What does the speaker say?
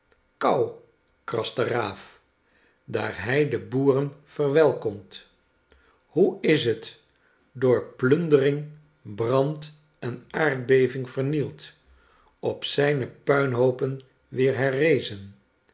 kou krast de raaf daar hij de boeren verwelkomt hoe is het door plundering brand en aardbeving vernield op zijne puinhoopen